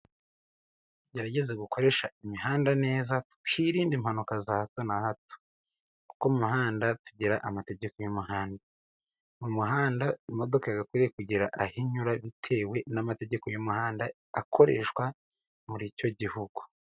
Tugerageze gukoresha imihanda neza twirinda impanuka za hato na hato. Kuko mu muhanda tugira amategeko y'umuhanda. Mu muhanda imodoka yagakwiye kugira aho inyura bitewe n'amategeko y'umuhanda akoreshwa muri icyo gihugu.